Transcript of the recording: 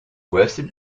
western